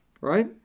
Right